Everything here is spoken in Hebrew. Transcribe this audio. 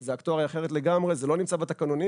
זו אקטואריה אחרת לגמרי, זה לא נמצא בתקנונים.